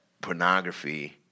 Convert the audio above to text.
pornography